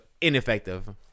ineffective